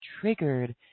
triggered